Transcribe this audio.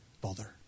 bother